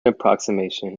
approximation